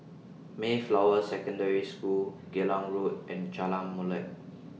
Mayflower Secondary School Geylang Road and Jalan Molek